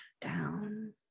down